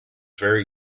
very